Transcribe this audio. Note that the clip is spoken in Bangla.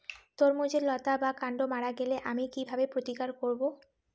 তরমুজের লতা বা কান্ড মারা গেলে আমি কীভাবে প্রতিকার করব?